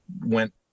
went